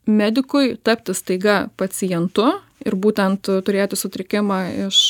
medikui tapti staiga pacientu ir būtent turėti sutrikimą iš